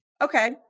Okay